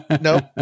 Nope